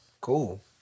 cool